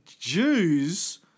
Jews